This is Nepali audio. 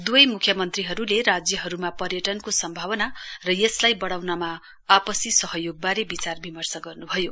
द्वै मुख्यमन्त्रीहरूले राज्यहरूमा पर्यटनको सम्भावना र यसलाई बढाउनमा आपसी सहयोगबारे विचार विमर्श गर्न् भयो